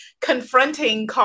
confronting